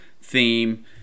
theme